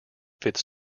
fits